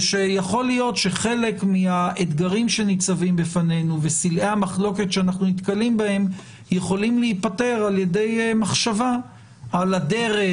יכול להיות שחלק מסלעי המחלוקת יכולים להיפתר בעזרת מחשבה על הדרך,